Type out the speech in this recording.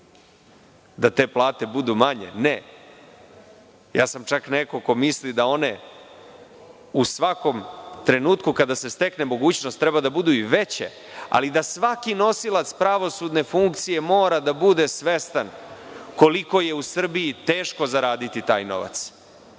da te plate budu manje, ja sam čak neko ko misli da one u svakom trenutku kada se stekne mogućnost treba da budu i veće, ali da svaki nosilac pravosudne funkcije mora da bude svestan koliko je u Srbiji teško zaraditi taj novac.